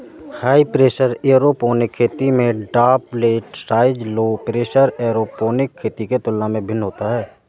high pressure aeroponic खेती में droplet size low pressure aeroponic खेती के तुलना में भिन्न होता है